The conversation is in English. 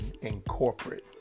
incorporate